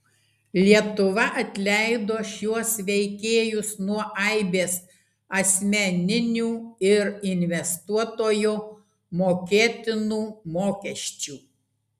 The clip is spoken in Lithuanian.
lietuva atleido šiuos veikėjus nuo aibės asmeninių ir investuotojo mokėtinų mokesčių